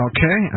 Okay